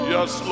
Yes